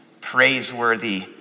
praiseworthy